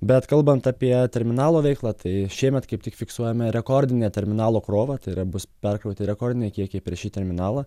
bet kalbant apie terminalo veiklą tai šiemet kaip tik fiksuojame rekordinę terminalo krovą tai yra bus perkrauti rekordiniai kiekiai per šį terminalą